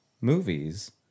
movies